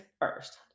first